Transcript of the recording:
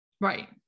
Right